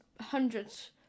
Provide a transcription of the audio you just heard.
hundreds